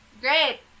Great